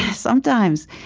sometimes,